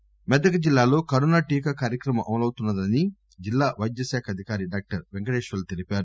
corona టీకా మెదక్ జిల్లాలో corona టీకా కార్యక్రమం అమలవుతుందని జిల్లా వైద్య శాఖ అధికారి డాక్టర్ పెంకటేశ్వర్లు తెలిపారు